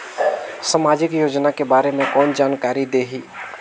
समाजिक योजना के बारे मे कोन जानकारी देही?